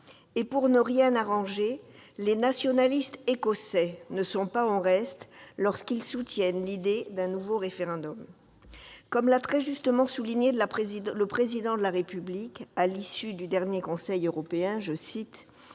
Et pour ne rien arranger, les nationalistes écossais ne sont pas en reste lorsqu'ils soutiennent l'idée d'un nouveau référendum. Comme l'a très justement souligné le Président de la République à l'issue du dernier Conseil européen :« Ce